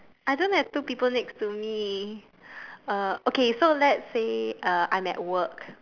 I don't have two people next to me uh okay so let's say uh I'm at work